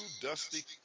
dusty